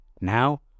Now